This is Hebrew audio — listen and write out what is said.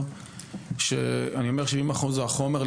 כשאני אומר 70% מהחומר,